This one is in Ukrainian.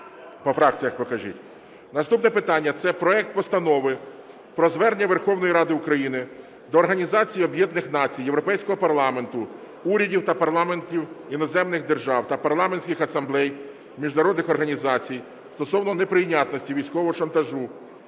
Наступне питання – це проект Постанови про Звернення Верховної Ради України до Організації Об'єднаних Націй, Європейського Парламенту, урядів та парламентів іноземних держав та парламентських асамблей міжнародних організацій стосовно неприйнятності військового шантажу